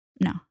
no